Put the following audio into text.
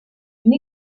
une